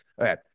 Okay